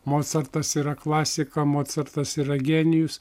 mocartas yra klasika mocartas yra genijus